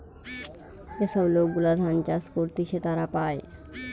যে সব লোক গুলা ধান চাষ করতিছে তারা পায়